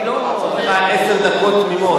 אני לא בעל עשר דקות תמימות,